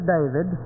David